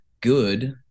good